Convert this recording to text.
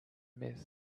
myth